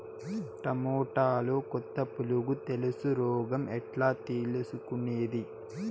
టమోటాలో కొత్త పులుగు తెలుసు రోగం ఎట్లా తెలుసుకునేది?